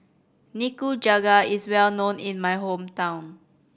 nikujaga is well known in my hometown